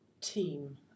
team